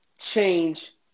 change